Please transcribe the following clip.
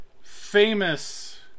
famous